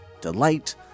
delight